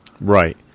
Right